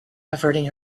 averting